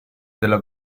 della